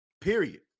Period